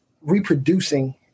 reproducing